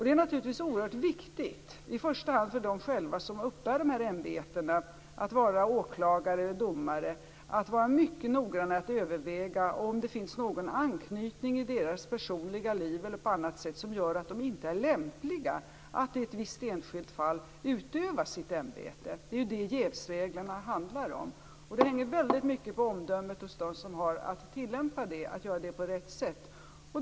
Det är naturligtvis oerhört viktigt att i första hand de som själva uppbär de här ämbetena, t.ex. åklagare och domare, är mycket noggranna med att överväga om det finns någon anknytning i deras personliga liv eller på annat sätt som gör att de inte är lämpliga att i ett visst enskilt fall utöva ämbetet. Det är ju det jävsreglerna handlar om. Det hänger väldigt mycket på omdömet hos dem som har att tillämpa detta att göra det på rätt sätt.